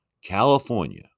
California